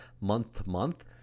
month-to-month